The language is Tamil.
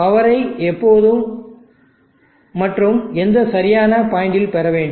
பவரை எப்போது மற்றும் எந்த சரியான பாயிண்டில் பெறவேண்டும்